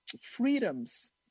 freedoms